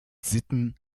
sitten